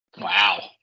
Wow